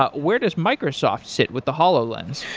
ah where does microsoft sit with the hololens?